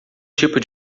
tipo